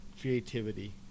creativity